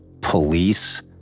police